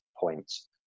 points